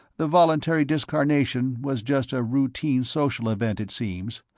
the voluntary discarnation was just a routine social event, it seems,